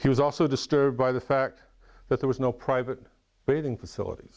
he was also disturbed by the fact that there was no private bathing facilit